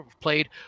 played